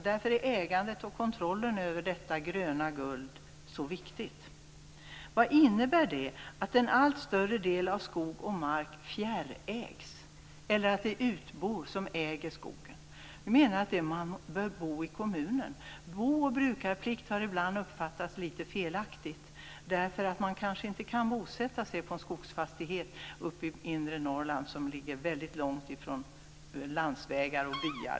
Därför är ägandet och kontrollen över detta gröna guld så viktigt. Vad innebär det att en allt större del av skog och mark fjärrägs eller att det är utbor som äger skogen? Bo och brukarplikt har ibland uppfattats litet felaktigt därför att man kanske inte kan bosätta sig på en skogsfastighet uppe i inre Norrland som ligger väldigt långt från landsvägar och byar.